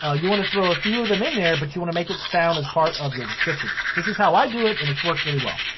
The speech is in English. ah you wanna throw a few of em in there but you want to make it sound as part of your description. this is how i do it and it's worked really well.